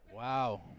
Wow